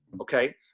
okay